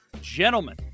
Gentlemen